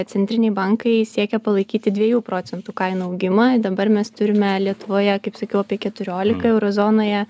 centriniai bankai siekia palaikyti dviejų procentų kainų augimą dabar mes turime lietuvoje kaip sakiau apie keturiolika euro zonoje